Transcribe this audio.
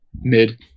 mid